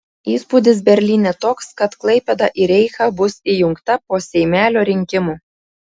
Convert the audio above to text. įspūdis berlyne toks kad klaipėda į reichą bus įjungta po seimelio rinkimų